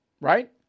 Right